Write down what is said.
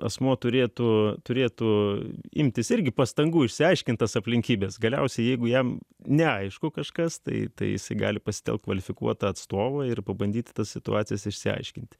asmuo turėtų turėtų imtis irgi pastangų išsiaiškintas aplinkybes galiausiai jeigu jam neaišku kažkas tai teisė gali pasitelkti kvalifikuotą atstovą ir pabandyti tas situacijas išsiaiškinti